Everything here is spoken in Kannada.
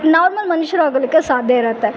ನಾರ್ಮಲ್ ಮನುಷ್ಯರಾಗಲಿಕ್ಕೆ ಸಾಧ್ಯಯಿರುತ್ತೆ